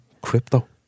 crypto